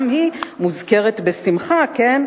גם היא מוזכרת בשמחה גדולה,